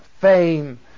fame